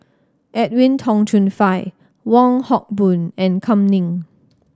Edwin Tong Chun Fai Wong Hock Boon and Kam Ning